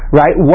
right